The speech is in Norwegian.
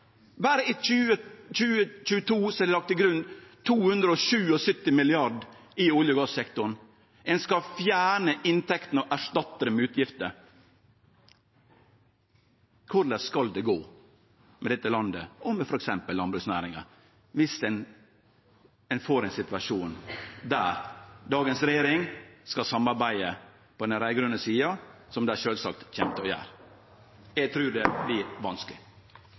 Berre i 2022 er det lagt til grunn 277 mrd. kr i olje- og gassektoren. Ein skal fjerne inntektene og erstatte dei med utgifter. Korleis skal det gå med dette landet og med f.eks. landbruksnæringa viss ein får ein situasjon der dagens regjering skal samarbeide på den raud-grøne sida – som dei sjølvsagt kjem til å gjere? Eg trur det vert vanskeleg.